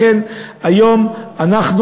היום אנחנו